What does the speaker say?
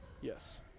Yes